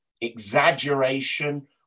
exaggeration